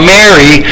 Mary